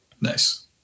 nice